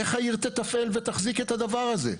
איך העיר תתפעל ותחזיק את הדבר הזה?